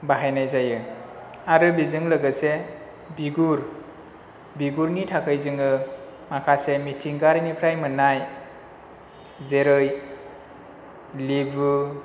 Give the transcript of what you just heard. बाहायनाय जायो आरो बेजों लोगोसे बिगुर बिगुरनि थाखाय जोङो माखासे मिथिंगायारि निफ्राय मोननाय जेरै लेबु